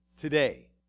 today